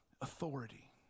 authority